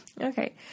Okay